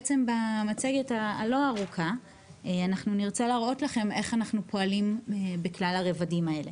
במצגת אנחנו נרצה להראות לכם איך אנחנו פועלים בכלל הרבדים האלו.